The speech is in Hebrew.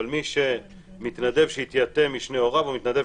אבל מתנדב שהתייתם משני הוריו או מתנדב